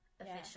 official